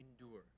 endure